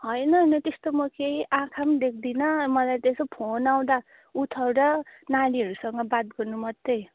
होइन होइन त्यस्तो म केही आँखा पनि पनि देख्दिनँ मलाई त यसो फोन आउँदा उठाएर नानीहरूसँग बात गर्नु मात्रै